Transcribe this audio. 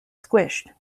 squished